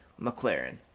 McLaren